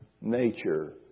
nature